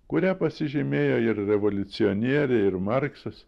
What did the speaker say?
kuria pasižymėjo ir revoliucionieriai ir marksas